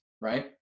right